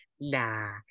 Nah